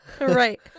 right